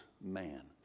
man